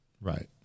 Right